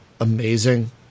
amazing